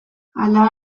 hala